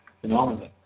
phenomenon